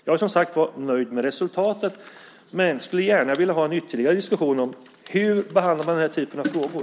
Jag är som sagt var nöjd med resultatet, men skulle gärna vilja ha en ytterligare diskussion om hur man behandlar den här typen av frågor.